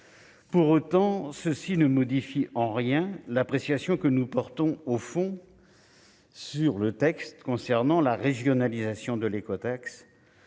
Pour autant, cela ne modifie en rien l'appréciation que nous portons au fond sur ce texte et sur la régionalisation de l'écotaxe,